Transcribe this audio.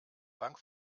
bank